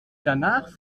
danach